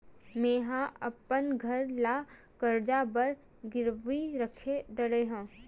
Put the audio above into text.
मेहा अपन घर ला कर्जा बर गिरवी रख डरे हव